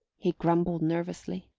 he grumbled nervously.